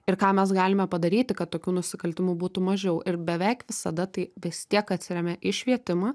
ir ką mes galime padaryti kad tokių nusikaltimų būtų mažiau ir beveik visada tai vis tiek atsiremia į švietimą